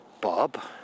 bob